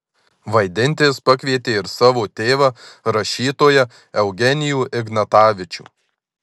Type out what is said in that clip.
vaidinti jis pakvietė ir savo tėvą rašytoją eugenijų ignatavičių